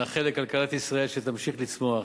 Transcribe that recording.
נאחל לכלכלת ישראל שתמשיך לצמוח.